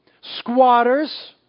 squatters